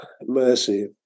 mercy